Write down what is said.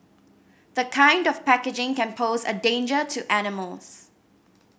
the kind of packaging can pose a danger to animals